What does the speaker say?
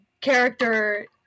character